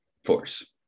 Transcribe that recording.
force